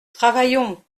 travaillons